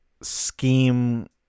scheme